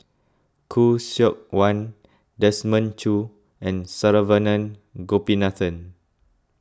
Khoo Seok Wan Desmond Choo and Saravanan Gopinathan